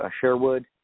Sherwood